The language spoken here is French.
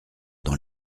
dans